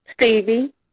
Stevie